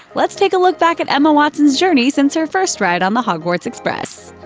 let's take a look back at emma watson's journey since her first ride on the hogwarts express.